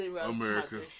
America